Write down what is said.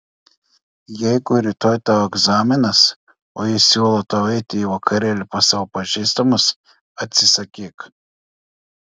jeigu rytoj tau egzaminas o jis siūlo tau eiti į vakarėlį pas savo pažįstamus atsisakyk